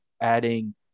adding